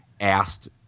asked